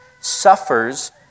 suffers